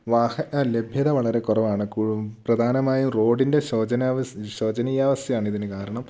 വാഹന ലഭ്യത വളരെ കുറവാണ് പ്രധാനമായും റോഡിൻ്റെ ശോചനവസ്ഥ ശോചനീയാവസ്ഥയാണിതിന് കാരണം